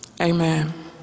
Amen